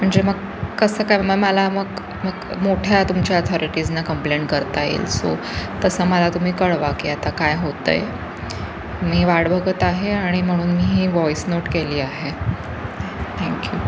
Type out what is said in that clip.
म्हणजे मग कसं काय मग मला मग मग मोठ्या तुमच्या अथॉरिटीजना कंप्लेंट करता येईल सो तसं मला तुम्ही कळवा की आता काय होत आहे मी वाट बघत आहे आणि म्हणून मी ही वॉइस नोट केली आहे थँक्यू